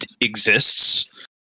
exists